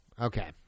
Okay